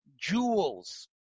jewels